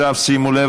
עכשיו שימו לב,